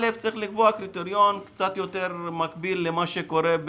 יש לנו פה שתי נקודות,